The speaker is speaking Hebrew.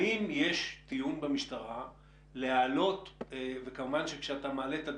האם יש כוונה במשטרה להעלות את הדרג,